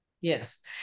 Yes